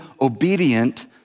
obedient